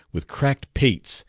with cracked pates,